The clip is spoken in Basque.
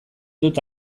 dut